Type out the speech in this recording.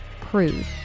prove